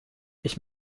ich